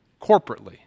corporately